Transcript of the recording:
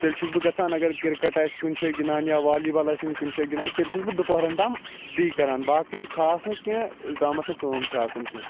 تیٚلہِ چھُس بہٕ گَژھان اَگَر کِرکَٹ آسہِ کُنہ شایہِ گِنٛدان یا والی بال آسن کُنہ جایہِ گِنٛدان تیٚلہِ چھُس بہٕ دُپہارَن تام تی کَران باقٕے خاص نہٕ کینٛہہ یوٚتامَتھ نہٕ کٲم چھِ آسان کینٛہہ